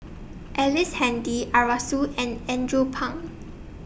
Ellice Handy Arasu and Andrew Phang